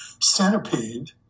centipede